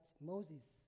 Moses